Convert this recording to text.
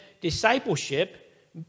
discipleship